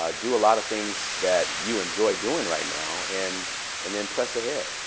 ah do a lot of things that you enjoy doing right now. and and then press ahead.